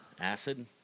Acid